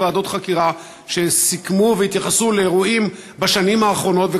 ועדות חקירה שסיכמו והתייחסו לאירועים בשנים האחרונות,